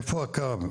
איפה הקו,